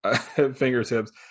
fingertips